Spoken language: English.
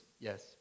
Yes